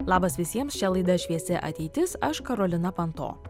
labas visiems čia laida šviesi ateitis aš karolina panto